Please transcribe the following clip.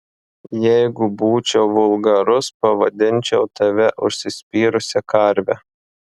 jeigu būčiau vulgarus pavadinčiau tave užsispyrusia karve